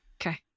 Okay